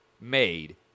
made